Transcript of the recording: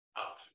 up